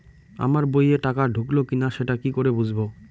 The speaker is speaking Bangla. আমার বইয়ে টাকা ঢুকলো কি না সেটা কি করে বুঝবো?